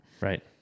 Right